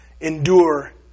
endure